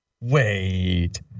Wait